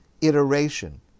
iteration